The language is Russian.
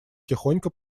тихонько